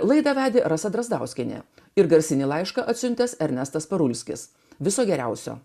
laidą vedė rasa drazdauskienė ir garsinį laišką atsiuntęs ernestas parulskis viso geriausio